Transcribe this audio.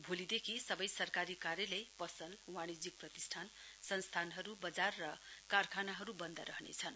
भोलिदेखि सवै सरकारी कार्यालय पसल वाणिज्यिक प्रतिष्ठान संस्थानहरु वजार र कारखानाहरु वन्द रहनेछन्